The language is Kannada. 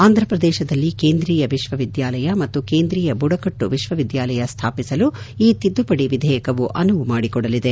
ಆಂಧ್ರ ಪ್ರದೇಶದಲ್ಲಿ ಕೇಂದ್ರೀಯ ವಿಶ್ವವಿದ್ಯಾಲಯ ಮತ್ತು ಕೇಂದ್ರೀಯ ಬುಡಕಟ್ಟು ವಿಶ್ವವಿದ್ಯಾಲಯ ಸ್ವಾಪಿಸಲು ಈ ತಿದ್ದುಪಡಿ ವಿಧೇಯಕವು ಅನುವು ಮಾಡಿಕೊಡಲಿದೆ